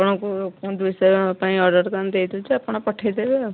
ଆପଣଙ୍କୁ ମୁଁ ଦୁଇଶହ ପାଇଁ ଅର୍ଡ଼ରଟା ଦେଇଦଉଛି ଆପଣ ପଠେଇଦେବେ ଆଉ